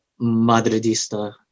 madridista